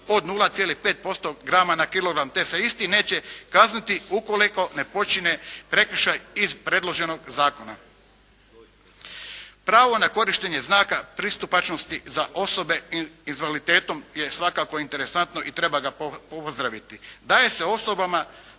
od 0,5% grama na kilogram te se isti neće kazniti ukoliko ne počine prekršaj iz predloženog zakona. Pravo na korištenje znaka pristupačnosti za osobe sa invaliditetom je svakako interesantno i treba ga pozdraviti. Daje se osobama